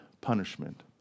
punishment